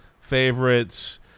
favorites